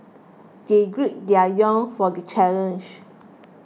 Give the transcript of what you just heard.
they gird their young for the challenge